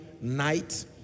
night